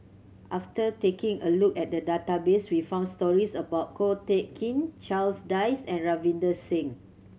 after taking a look at the database we found stories about Ko Teck Kin Charles Dyce and Ravinder Singh